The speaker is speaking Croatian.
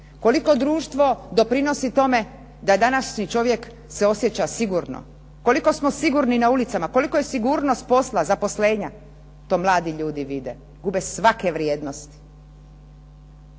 Koliko društvo pridonosi tome da danas se čovjek osjeća sigurno, koliko smo sigurni na ulicama, koliko je sigurnost posla, zaposlenja, to mladi ljudi vide, gube svake vrijednosti.